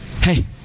hey